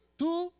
two